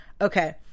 Okay